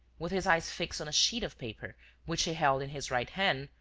with his eyes fixed on a sheet of paper which he held in his right hand,